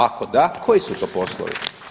Ako da, koji su to poslovi.